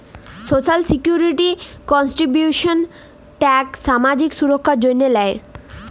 social security contributions tax সামাজিক সুরক্ষার জ্যনহে হ্যয়